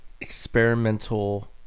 Experimental